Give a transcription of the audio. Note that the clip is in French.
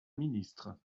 ministre